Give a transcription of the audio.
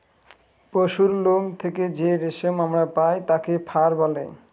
পশুরলোম থেকে যে রেশম আমরা পায় তাকে ফার বলে